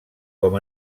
com